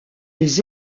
les